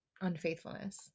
unfaithfulness